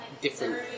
different